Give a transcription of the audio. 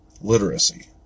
literacy